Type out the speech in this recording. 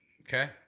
Okay